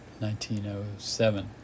1907